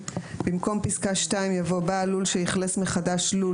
במקום פסקה (2) יבוא: "(2)בעל לול שאכלס מחדש לול